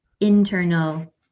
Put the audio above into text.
internal